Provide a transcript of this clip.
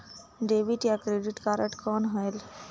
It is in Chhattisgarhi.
डेबिट या क्रेडिट कारड कौन होएल?